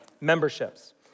Memberships